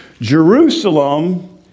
Jerusalem